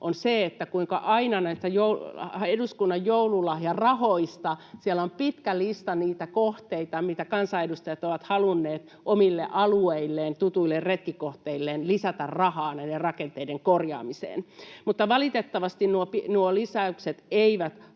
on se, kuinka aina näissä eduskunnan joululahjarahoissa on pitkä lista niitä kohteita, mitä kansanedustajat ovat halunneet omille alueilleen tutuille retkikohteilleen lisätä rahaa näiden rakenteiden korjaamiseen. Mutta valitettavasti nuo lisäykset eivät